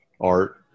art